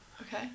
Okay